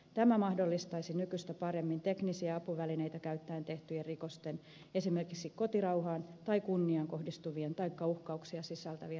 tämä mahdollistaisi nykyistä paremmin teknisiä apuvälineitä käyttäen tehtyjen rikosten esimerkiksi kotirauhaan tai kunniaan kohdistuvien taikka uhkauksia sisältävien